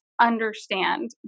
understand